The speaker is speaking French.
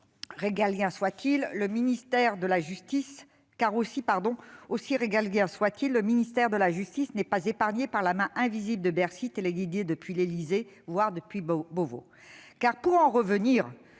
régalien soit-il, le ministère de la justice n'est pas épargné par la main invisible de Bercy, téléguidée depuis l'Élysée, voire depuis Beauvau. Pour en revenir